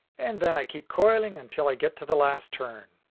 and then i keep coiling until i get to the last turn.